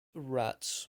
rats